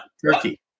Turkey